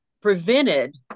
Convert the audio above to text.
prevented